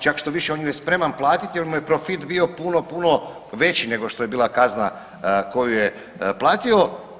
Čak štoviše on ju je spreman platiti jer mu je profit bio puno, puno veći nego što je bila kazna koju je platio.